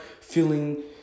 feeling